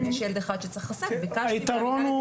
היתרון הוא